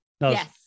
Yes